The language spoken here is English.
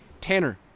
Tanner